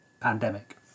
pandemic